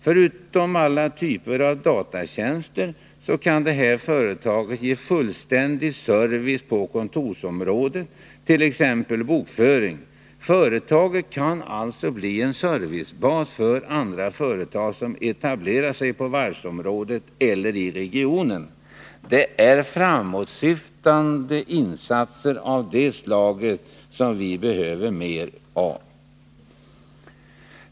Förutom alla typer av datatjänster kan det här företaget ge fullständig service på kontorsområdet, t.ex. beträffande bokföring. Företaget kan alltså bli en servicebas för andra företag som etablerar sig på varvsområdet eller i regionen. Det är framåtsyftande insatser av det här slaget vi behöver mer av.